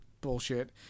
bullshit